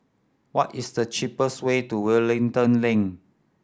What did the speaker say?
what is the cheapest way to Wellington Link